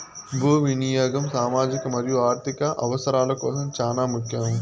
భూ వినియాగం సామాజిక మరియు ఆర్ధిక అవసరాల కోసం చానా ముఖ్యం